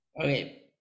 Okay